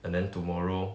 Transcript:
and then tomorrow